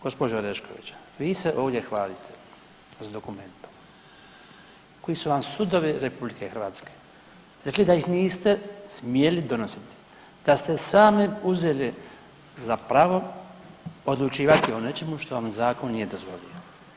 Gospođo Orešković vi se ovdje hvalite s dokumentom koji su vam sudovi RH rekli da ih niste smjeli donositi, da ste sami uzeli za pravo odlučivati o nečemu što vam zakon nije dozvolio.